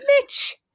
Mitch